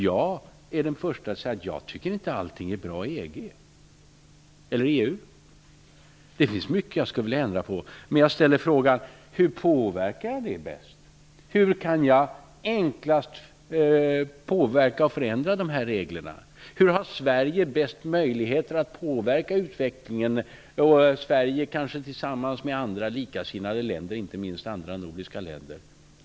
Jag är den förste att säga att jag inte tycker att allting i EU är bra. Det finns mycket som jag skulle vilja ändra på. Men jag ställer frågan: Hur påverkar vi bäst? Hur kan vi enklast påverka och förändra dessa regler? Hur har Sverige -- kanske tillsammans med likasinnade länder, inte minst övriga nordiska länder -- bäst möjligheter att påverka utvecklingen?